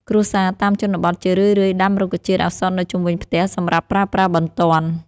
គ្រួសារតាមជនបទជារឿយៗដាំរុក្ខជាតិឱសថនៅជុំវិញផ្ទះសម្រាប់ប្រើប្រាស់បន្ទាន់។